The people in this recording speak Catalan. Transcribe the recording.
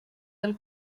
del